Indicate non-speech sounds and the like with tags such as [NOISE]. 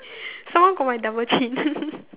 some more got my double chin [LAUGHS]